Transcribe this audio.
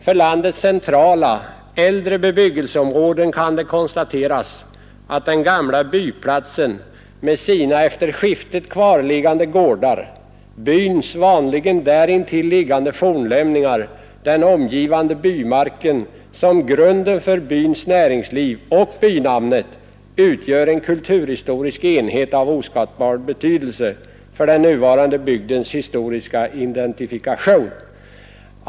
För landets centrala, äldre bebyggelseområden kan det konstateras, att den gamla byplatsen med sina efter skiftet kvarliggande gårdar, byns vanligen därintill liggande fornlämningar, den omgivande bymarken, som var grunden till byns näringsliv, och bynamnet utgör en kulturhistorisk enhet av oskattbar betydelse för den nuvarande bygdens historiska identifikation.